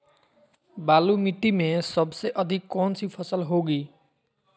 बालू मिट्टी में सबसे अधिक कौन सी फसल होगी?